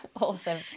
Awesome